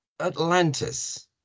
Atlantis